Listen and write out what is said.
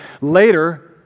later